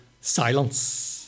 silence